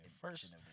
first